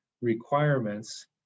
requirements